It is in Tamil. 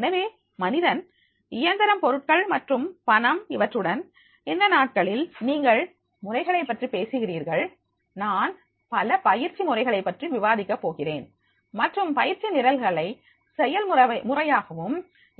எனவே மனிதன் இயந்திரம் பொருட்கள் மற்றும் பணம் இவற்றுடன் இந்த நாட்களில் நீங்கள் முறைகள் பற்றி பேசுகிறீர்கள் நான் பல பயிற்சி முறைகளைப் பற்றி விவாதிக்க போகிறேன் மற்றும் பயிற்சி நிரல்களை செய்முறையாகவும்